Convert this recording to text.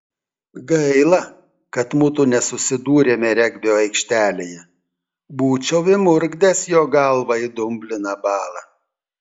gaila kad mudu nesusidūrėme regbio aikštelėje būčiau įmurkdęs jo galvą į dumbliną balą